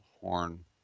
horn